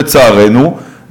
לצערנו,